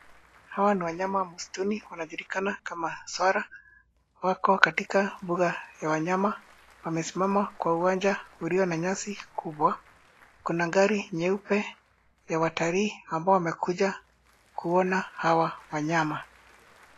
Hawa ni wanyama wa msituni wanajulikana kama swara. Wako katika mbuga ya wanyama. Wamesimama kwa uwanja ulio na nyasi kubwa. Kuna gari nyeupe ya watalii ambao wamekuja kuona hawa wanyama.